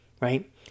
right